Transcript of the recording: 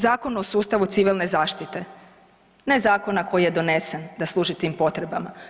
Zakona o sustavu civilne zaštite, ne zakona koji je donesen da služi tim potrebama.